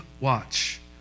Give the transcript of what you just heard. watch